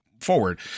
forward